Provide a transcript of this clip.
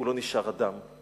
הוא לא נשאר אדם,